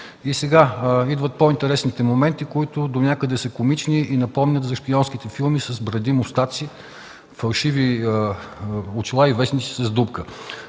Сега идват по-интересните моменти, които донякъде са комични и напомнят за шпионските филми с бради, мустаци, фалшиви очила и вестниците с дупка.